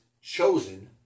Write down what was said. chosen